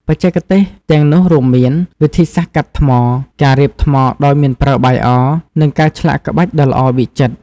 បច្ចេកទេសទាំងនោះរួមមាន វិធីសាស្រ្តកាត់ថ្ម ការរៀបថ្មដោយមិនប្រើបាយអ និងការឆ្លាក់ក្បាច់ដ៏ល្អវិចិត្រ។